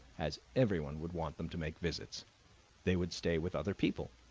as everyone would want them to make visits they would stay with other people,